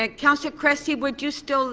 ah councillor cressy would you still